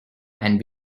and